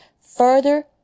further